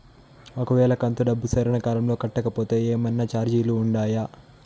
ఒక వేళ కంతు డబ్బు సరైన కాలంలో కట్టకపోతే ఏమన్నా చార్జీలు ఉండాయా?